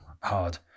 hard